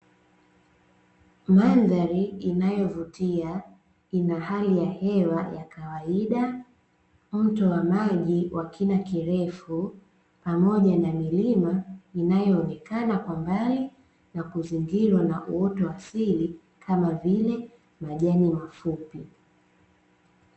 Mandhari inayovutia ina hali ya hewa ya kawaida, mto wa maji wa kina kirefu, pamoja na milima inayoonekana kwa mbali, na kuzingirwa na uoto wa asili kama vile majani mafupi.